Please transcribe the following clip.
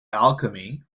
alchemy